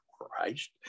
Christ